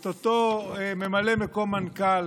את אותו ממלא מקום מנכ"ל